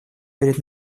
перед